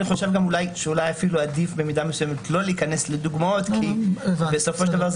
אני חושב שאולי עדיף במידה מסוימת לא להיכנס לדוגמאות כי בסופו של דבר,